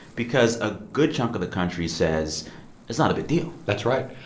because a good chunk of the country says it's not a big deal that's right.